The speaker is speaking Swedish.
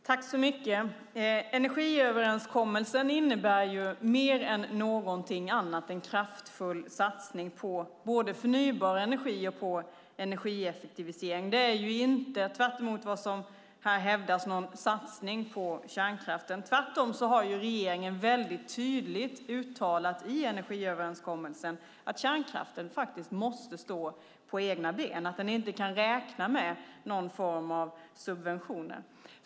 Herr talman! Energiöverenskommelsen innebär mer än någonting annat en kraftfull satsning på både förnybar energi och energieffektivisering. Det är inte, tvärtemot vad som här hävdas, någon satsning på kärnkraften. Tvärtom har regeringen väldigt tydligt uttalat i energiöverenskommelsen att kärnkraften faktiskt måste stå på egna ben, att den inte kan räkna med någon form av subventioner.